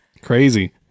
crazy